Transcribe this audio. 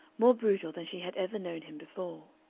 more brutal than she had ever known him before.